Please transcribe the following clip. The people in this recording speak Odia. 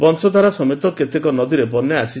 ବଂଶଧାରା ସମେତ କେତକ ନଦୀରେ ବନ୍ୟା ଆସିଛି